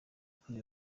kuri